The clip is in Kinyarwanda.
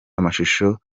amashusho